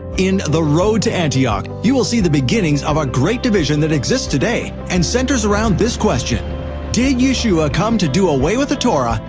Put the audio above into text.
in the road to antioch, you will see the beginnings of a great division that exists today and centers around this question did yeshua come to do away with the torah,